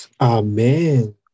Amen